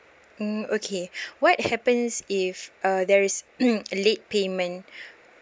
mm okay what happens if uh there is late payment